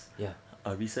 ya